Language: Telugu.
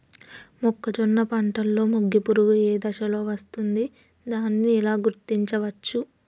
మొక్కజొన్న పంటలో మొగి పురుగు ఏ దశలో వస్తుంది? దానిని ఎలా గుర్తించవచ్చు?